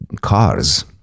cars